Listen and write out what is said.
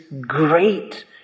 great